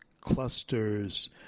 clusters